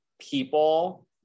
people